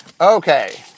Okay